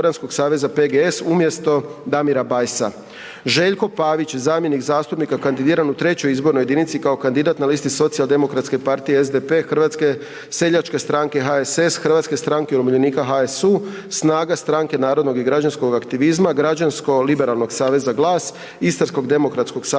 seljačke stranke, HSS, Hrvatske stranke umirovljenika, HSU, SNAGA, Stranke narodnog i građanskog aktivizma, Građansko liberalnog saveza, GLAS, Istarskog demokratskog sabora,